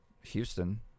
Houston